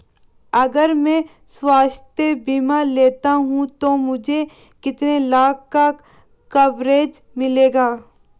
अगर मैं स्वास्थ्य बीमा लेता हूं तो मुझे कितने लाख का कवरेज मिलेगा?